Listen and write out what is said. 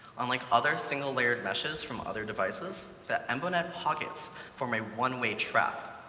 unlike other single-layered meshes from other devices, the embonet pockets from a one-way trap.